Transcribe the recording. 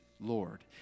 Lord